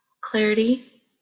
clarity